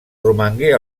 romangué